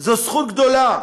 זו זכות גדולה.